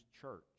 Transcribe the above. church